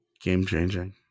Game-changing